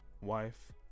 wife